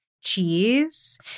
cheese